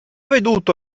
veduto